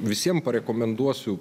visiem parekomenduosiu